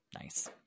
nice